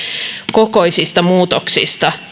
muutoksista